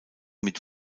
mit